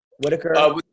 Whitaker